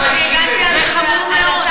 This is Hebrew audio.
זו הייתה הכוונה.